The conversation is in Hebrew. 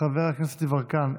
חבר הכנסת יברקן,